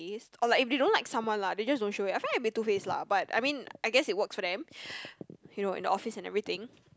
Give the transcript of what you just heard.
is or like if they don't like someone lah they just don't show it I find it a bit two face lah but I mean I guess it works for them you know in the office and everything